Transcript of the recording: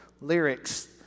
Lyrics